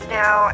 now